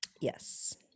Yes